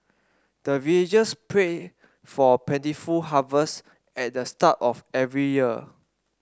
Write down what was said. the villagers pray for plentiful harvest at the start of every year